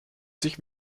sich